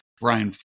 Brian